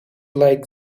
like